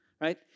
right